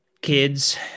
kids